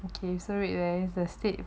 okay so red lions the state